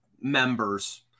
members